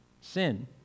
sin